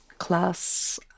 class